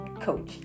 coach